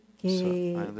que